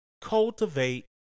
Cultivate